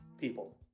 people